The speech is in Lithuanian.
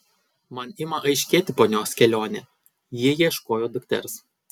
man ima aiškėti ponios kelionė ji ieškojo dukters